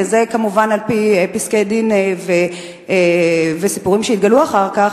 וזה כמובן על-פי פסקי-דין וסיפורים שהתגלו אחר כך,